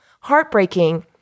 heartbreaking